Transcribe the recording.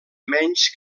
menys